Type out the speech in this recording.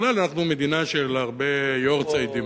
בכלל, אנחנו מדינה של הרבה "יארצייטים".